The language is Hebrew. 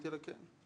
אמרתי לה, כן.